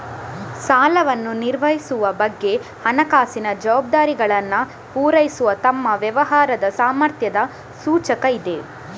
ಸಾಲವನ್ನು ನಿರ್ವಹಿಸುವ ಬಗ್ಗೆ ಹಣಕಾಸಿನ ಜವಾಬ್ದಾರಿಗಳನ್ನ ಪೂರೈಸುವ ನಿಮ್ಮ ವ್ಯವಹಾರದ ಸಾಮರ್ಥ್ಯದ ಸೂಚಕ ಇದೆ